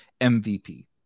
mvp